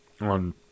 on